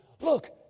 Look